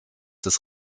des